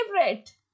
favorite